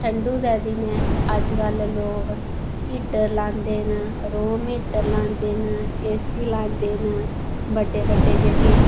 ठंडु दे दिनें अज्जकल लोक हीटर लांदे न रूम हीटर लांदे न ए सी लांदे न बड्डे बड्डे जेह्के